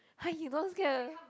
!huh! you not scared ah